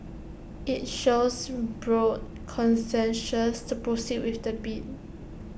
IT shows broad consensus to proceed with the bid